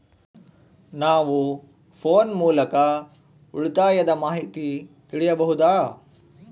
ನಾವು ಫೋನ್ ಮೂಲಕ ಉಳಿತಾಯದ ಮಾಹಿತಿ ತಿಳಿಯಬಹುದಾ?